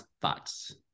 thoughts